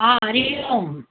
हा हरिओम